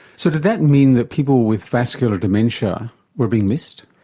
so does that mean that people with vascular dementia were being missed?